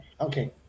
okay